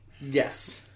Yes